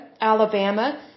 Alabama